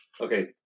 Okay